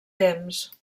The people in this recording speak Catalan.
temps